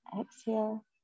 Exhale